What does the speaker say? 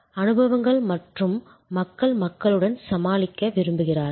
அனுபவங்கள் மற்றும் எனவே மக்கள் மக்களுடன் சமாளிக்க விரும்புகிறார்கள்